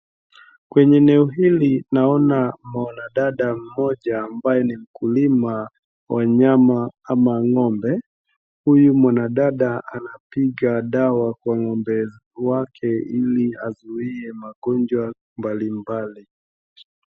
Kwenye eneo hili naona mwana dada mmoja ambaye ni mkulima wa wanyama ama ngombe huyu mwana dada anapiga dawa kwa ngombe wake ili azuie magonjwa mbali mbali.